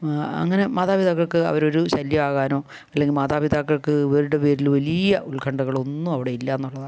അങ്ങനെ മാതാപിതാക്കൾക്ക് അവർ ഒരു ശല്യമാകാനോ അല്ലെങ്കിൽ മാതാപിതാക്കൾക്ക് ഇവരുടെ പേരിൽ വലിയ ഉൽകണ്ഠകളൊന്നും അവിടെ ഇല്ല എന്നുള്ളതാണ്